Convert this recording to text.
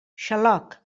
xaloc